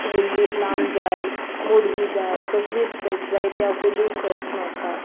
व्हडली लांब जाय मोडवी जाय कसली स्कट जाय त्या पयली सर्च मारता